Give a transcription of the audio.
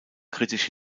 kritisch